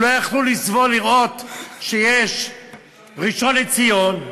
לא יכלו לסבול לראות שיש ראשון לציון,